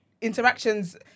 interactions